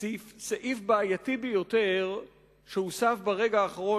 סעיף בעייתי ביותר שהוסף ברגע האחרון,